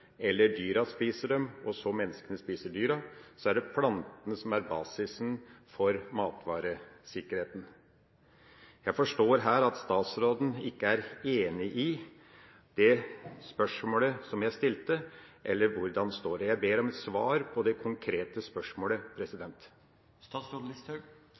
eller dyrene spiser dem, og så menneskene spiser dyra, er det plantene som er basisen for matvaresikkerheten. Jeg forstår at statsråden ikke er enig i det spørsmålet jeg stilte, eller hvordan det står. Jeg ber om svar på det konkrete spørsmålet.